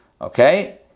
Okay